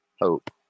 hope